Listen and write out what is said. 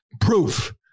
proof